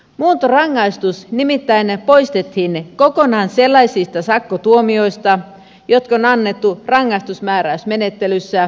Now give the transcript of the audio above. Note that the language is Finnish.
muuntorangaistus nimittäin poistettiin kokonaan sellaisista sakkotuomioista jotka on annettu rangaistusmääräysmenettelyssä